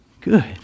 good